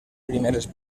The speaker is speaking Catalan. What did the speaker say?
primeres